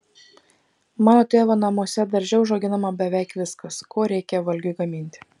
mano tėvo namuose darže užauginama beveik viskas ko reikia valgiui gaminti